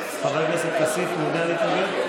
שום דרישה מהממשלה לעכב את החקיקה הזאת.